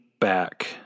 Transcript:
back